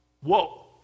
Whoa